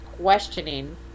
questioning